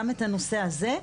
גם את הנושא הזה.